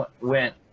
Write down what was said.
went